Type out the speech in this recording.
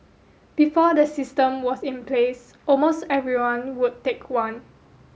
before the system was in place almost everyone would take one